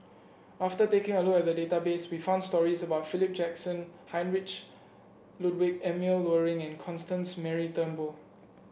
after taking a look at the database we found stories about Philip Jackson Heinrich Ludwig Emil Luering and Constance Mary Turnbull